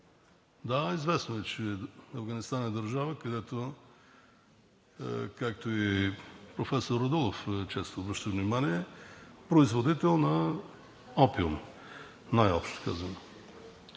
Известно е, че Афганистан е държава, която, както и професор Радулов често обръща внимание, е производител на опиум, най-общо казано.